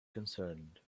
concerned